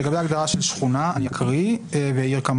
לגבי ההגדרה של "שכונה" אני אקרא ואעיר כמה